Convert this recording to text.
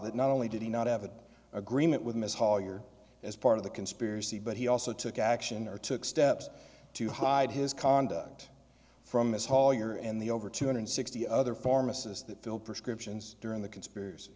that not only did he not have an agreement with ms hall your as part of the conspiracy but he also took action or took steps to hide his conduct from this hall your and the over two hundred sixty other pharmacists that fill prescriptions during the conspiracy